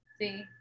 See